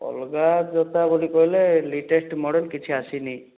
ଅଲଗା ଜୋତା ଗୁଡ଼ିକ ହେଲେ ଲାଟେଷ୍ଟ ମଡ଼େଲ୍ କିଛି ଆସିନି